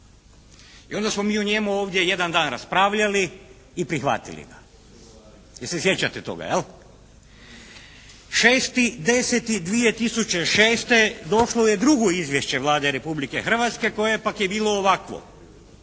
i onda smo mi ovdje jedan raspravljali i prihvatili ga. Jel se sjećate toga, jel? 6.10.2006. došlo je drugo izvješće Vlade Republike Hrvatske koje pak je bilo ovakvo.